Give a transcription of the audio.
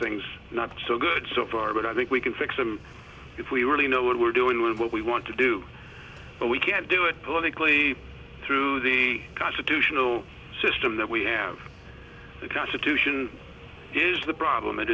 things not so good so far but i think we can fix them if we really know what we're doing with what we want to do but we can't do it politically through the constitutional system that we have the capacity to sion is the problem it